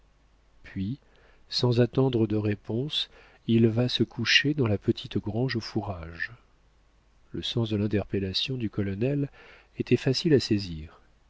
puis sans attendre de réponse il va se coucher dans la petite grange aux fourrages le sens de l'interpellation du colonel était facile à saisir